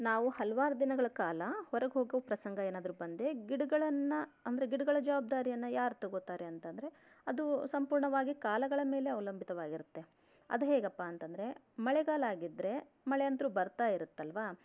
ನಾವು ಹಲವಾರು ದಿನಗಳ ಕಾಲ ಹೊರಗೆ ಹೋಗೋ ಪ್ರಸಂಗ ಏನಾದರೂ ಬಂದರೆ ಗಿಡಗಳನ್ನು ಅಂದರೆ ಗಿಡಗಳ ಜವಾಬ್ದಾರಿಯನ್ನು ಯಾರು ತಗೊತಾರೆ ಅಂತಂದರೆ ಅದು ಸಂಪೂರ್ಣವಾಗಿ ಕಾಲಗಳ ಮೇಲೆ ಅವಲಂಬಿತವಾಗಿರತ್ತೆ ಅದು ಹೇಗಪ್ಪಾ ಅಂತಂದರೆ ಮಳೆಗಾಲ ಆಗಿದ್ರೆ ಮಳೆ ಅಂತೂ ಬರ್ತಾಯಿರತ್ತಲ್ವ